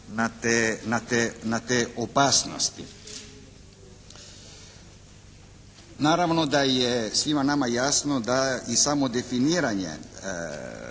na te opasnosti. Naravno da je svima nama jasno da i samo definiranje